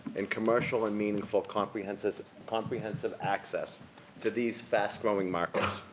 and commercial and meaningful comprehensive comprehensive access to these fast growing markets.